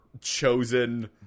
chosen –